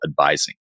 advising